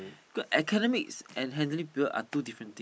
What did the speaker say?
got academics and handling people are two different